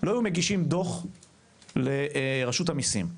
לא היו מגישים דו"ח לרשות המיסים,